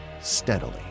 steadily